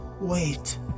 wait